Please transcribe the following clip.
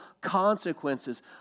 consequences